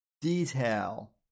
Detail